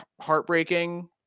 heartbreaking